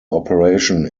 operation